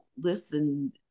listen